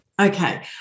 Okay